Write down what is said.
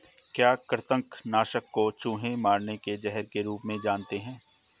क्या कृतंक नाशक को चूहे मारने के जहर के रूप में जानते हैं?